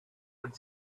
would